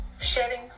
shedding